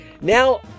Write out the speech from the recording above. Now